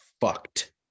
fucked